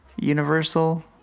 universal